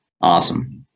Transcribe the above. Awesome